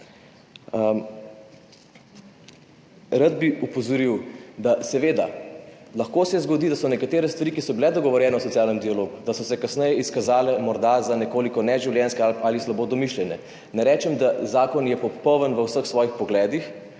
Rad bi opozoril, da se seveda lahko zgodi, da so se nekatere stvari, ki so bile dogovorjene v socialnem dialogu, kasneje izkazale morda za nekoliko neživljenjske ali slabo domišljene. Ne rečem, da je zakon popoln v vseh svojih pogledih.